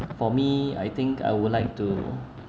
for me I think I would like to